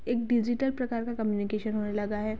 एक डिजिटल प्रकार का कम्यूनिकेशन होने लगा है